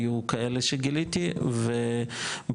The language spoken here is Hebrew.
היו כאלה שגיליתי ובחלקם,